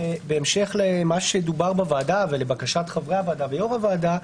בהמשך למה שדובר בוועדה ולבקשת חברי הוועדה ויו"ר הוועדה,